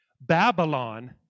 Babylon